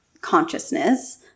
consciousness